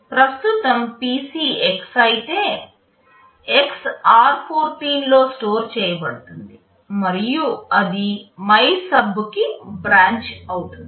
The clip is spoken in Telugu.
ప్రస్తుత PC X అయితే X r14 లో స్టోర్ చేయబడుతుంది మరియు అది MYSUB కి బ్రాంచ్ అవుతుంది